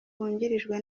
wungirijwe